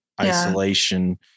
isolation